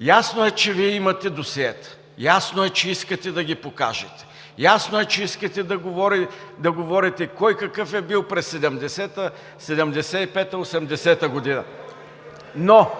Ясно е, че Вие имате досиета. Ясно е, че искате да ги покажете. Ясно е, че искате да говорите кой какъв е бил през 1970 г. 1975 г., 1980 г. Но